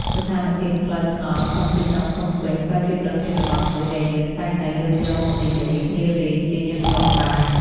ស្ថានភាពផ្លូវថ្នល់ក្នុងទីក្រុងភ្នំពេញក៏ជាប្រធានបទមួយដែលយើងតែងតែលើកយកមកនិយាយគ្នាលេងជាញឹកញាប់ដែរ។